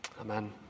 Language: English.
amen